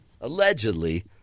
Allegedly